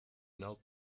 not